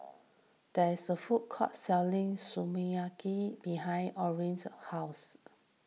there is a food court selling Sukiyaki behind Orrin's house